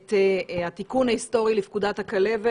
את התיקון ההיסטורי לפקודת הכלבת